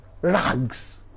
rags